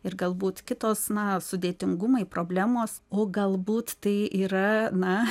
ir galbūt kitos na sudėtingumai problemos o galbūt tai yra na